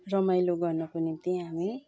रमाइलो गर्नको निम्ति हामी